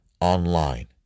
online